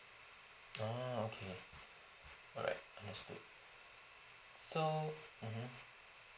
orh okay alright understood so mmhmm